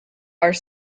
are